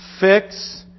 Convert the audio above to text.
Fix